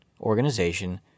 organization